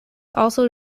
also